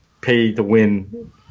pay-to-win